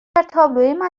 تابلو